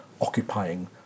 occupying